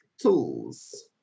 tools